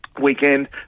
weekend